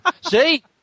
See